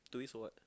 two weeks for what